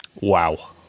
Wow